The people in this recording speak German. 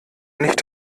nicht